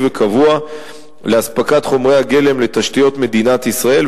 וקבוע לאספקת חומרי הגלם לתשתיות מדינת ישראל,